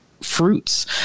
fruits